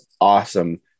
awesome